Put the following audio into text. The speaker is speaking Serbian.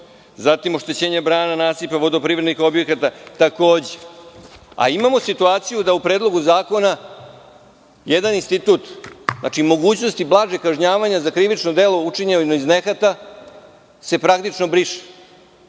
takođe; oštećenje brana, nasipa, vodoprivrednih objekata, takođe. Imamo situaciju da u Predlogu zakona jedan institut, znači - mogućnosti blažeg kažnjavanja za krivično delo učinjeno iz nehata, se praktično briše.